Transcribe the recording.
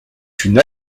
une